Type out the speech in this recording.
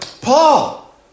Paul